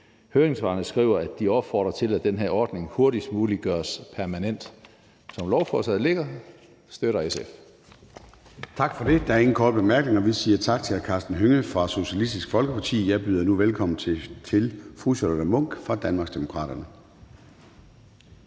høringssvarene skriver, at de opfordrer til, at den her ordning hurtigst muligt gøres permanent. Som lovforslaget ligger her, støtter SF